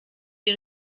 die